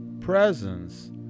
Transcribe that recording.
presence